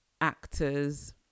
actors